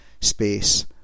space